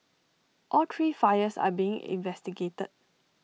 all three fires are being investigated